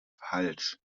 falsch